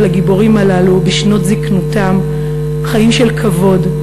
הגיבורים הללו בשנות זיקנתם חיים של כבוד,